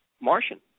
Martian